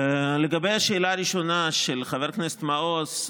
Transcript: לגבי השאלה הראשונה של חבר הכנסת מעוז,